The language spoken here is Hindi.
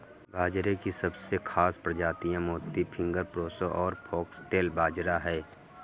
बाजरे की सबसे खास प्रजातियाँ मोती, फिंगर, प्रोसो और फोक्सटेल बाजरा है